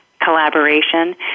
collaboration